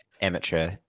amateur